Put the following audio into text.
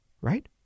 Right